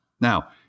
Now